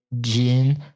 gene